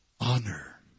Honor